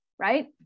Right